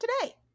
today